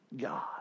God